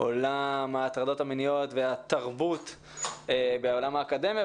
עולה מהטרדות מיניות והתרבות בעולם האקדמיה,